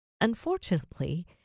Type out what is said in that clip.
unfortunately